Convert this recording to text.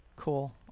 cool